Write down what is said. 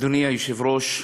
אדוני היושב-ראש,